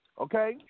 Okay